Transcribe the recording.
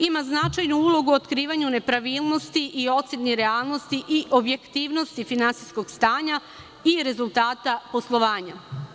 Ima značajnu ulogu u otkrivanju nepravilnosti i oceni realnosti i objektivnosti finansijskog stanja i rezultata poslovanja.